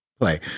play